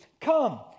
come